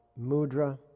mudra